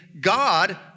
God